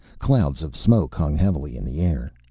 clouds of smoke hung heavily in the air.